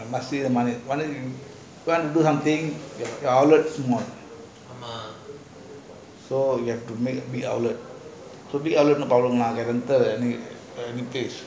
must made the money we can do one thing want do something crowded small so we have to make crowded rental